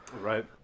Right